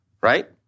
right